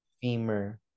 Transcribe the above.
Femur